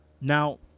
Now